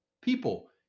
people